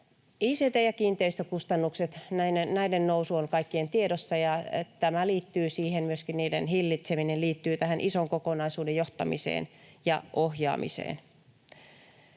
Ict- ja kiinteistökustannusten nousu on kaikkien tiedossa, ja myöskin niiden hillitseminen liittyy tämän ison kokonaisuuden johtamiseen ja ohjaamiseen.